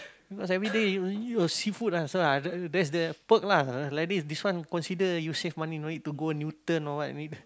because everyday you you seafood ah so uh that's the perk lah like this this one consider you save money you know no need to go Newton or what